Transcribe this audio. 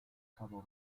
cabo